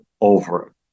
over